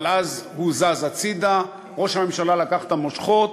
אבל אז הוא הוזז הצדה, ראש הממשלה לקח את המושכות,